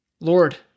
Lord